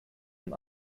von